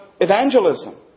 evangelism